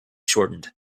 shortened